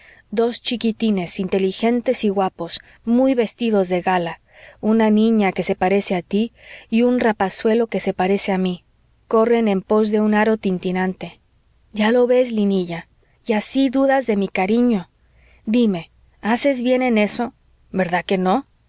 dos chiquitines inteligentes y guapos muy vestidos de gala una niña que se parece a tí y un rapazuelo que se parece a mí corren en pos de un aro tintinante ya lo ves linilla y así dudas de mi cariño dime haces bien en eso verdad que no